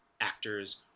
actors